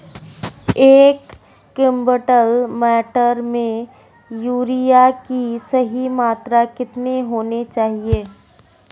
एक क्विंटल मटर में यूरिया की सही मात्रा कितनी होनी चाहिए?